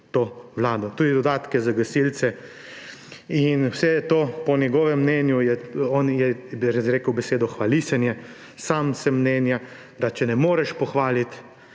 to vlado. Tudi dodatke za gasilce in vse to. Po njegovem mnenju je to, on je izrekel besedo hvalisanje, sam sem mnenja, da če ne moreš pohvaliti,